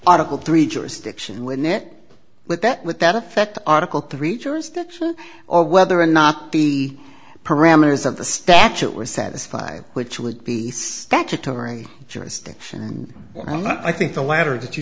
article three jurisdiction when it let that let that affect article three jurisdiction or whether or not the parameters of the statute were satisfied which will it be statutory jurisdiction and i think the latter that you